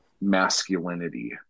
masculinity